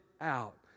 out